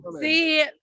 See